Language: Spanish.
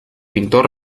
pintor